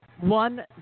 One